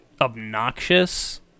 obnoxious